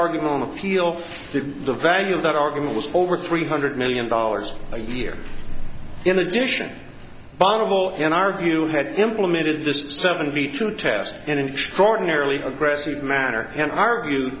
argument on appeal to the value of that argument was over three hundred million dollars a year in addition bondable in our view had implemented this seventy two test in an extraordinary aggressive manner can argue